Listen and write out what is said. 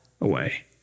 away